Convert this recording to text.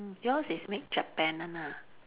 yours is made Japan [one] ah